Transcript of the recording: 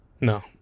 No